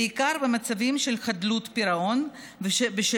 בעיקר במצבים של חדלות פירעון ושל